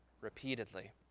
repeatedly